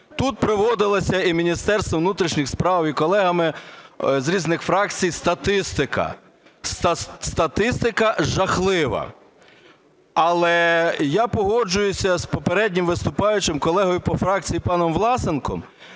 Тут приводилася і Міністерством внутрішніх справ, і колегами з різних фракцій статистика. Статистика жахлива. Але я погоджуюся з попереднім виступаючим, колегою по фракції паном Власенком: